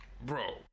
Bro